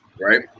Right